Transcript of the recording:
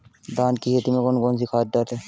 धान की खेती में कौन कौन सी खाद डालें?